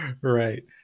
Right